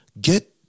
get